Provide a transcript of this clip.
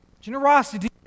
generosity